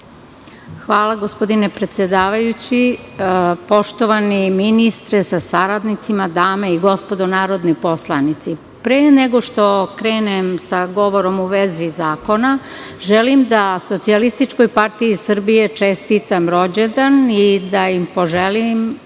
Hvala, gospodine predsedavajući, poštovani ministre sa saradnicima, dame i gospodo narodni poslanici, pre nego što krenem sa govorom u vezi zakona, želim da SPS čestitam rođendan i da im poželim